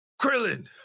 krillin